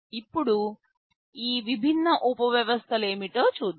ఇప్పుడు ఈ విభిన్న ఉపవ్యవస్థలు ఏమిటో చూద్దాం